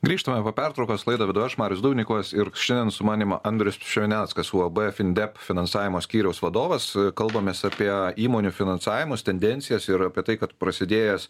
grįžtame po pertraukos laidą vedu aš marius dubnikovas ir šiandien su manim andrius pšemeneckas uab findep finansavimo skyriaus vadovas kalbamės apie įmonių finansavimus tendencijas ir apie tai kad prasidėjęs